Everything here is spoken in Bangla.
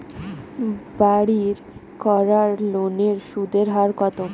বাড়ির করার লোনের সুদের হার কত?